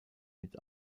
mit